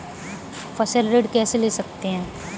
फसल ऋण कैसे ले सकते हैं?